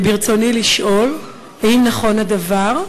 ברצוני לשאול: 1. האם נכון הדבר?